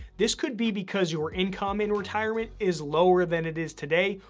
this could be because your income in retirement is lower than it is today,